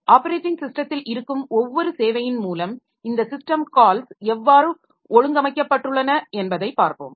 operating ஸிஸ்டத்தில் இருக்கும் ஒவ்வொரு சேவையின் மூலம் இந்த ஸிஸ்டம் கால்ஸ் எவ்வாறு ஒழுங்கமைக்கப்பட்டுள்ளன என்பதைப் பார்ப்போம்